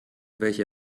welche